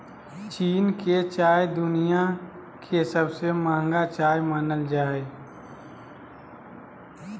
चीन के चाय दुनिया के सबसे महंगा चाय मानल जा हय